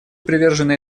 привержены